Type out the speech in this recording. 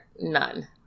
none